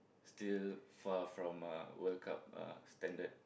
still far from uh World-Cup uh standard